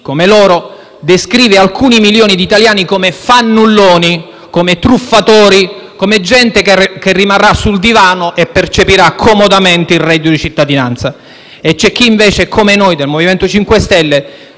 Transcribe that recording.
come loro, descrive alcuni milioni di italiani come fannulloni, come truffatori, come gente che rimarrà sul divano e percepirà comodamente il reddito di cittadinanza. E c'è chi, come noi del MoVimento 5 Stelle,